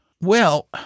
Well